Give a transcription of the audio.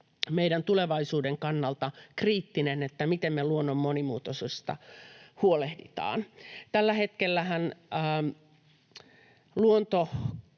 tulevaisuuden kannalta kriittistä, miten me luonnon monimuotoisuudesta huolehditaan. Tällä hetkellähän lajeja